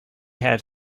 had